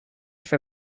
for